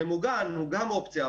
זה אופציה,